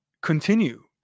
continue